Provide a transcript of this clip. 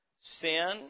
sin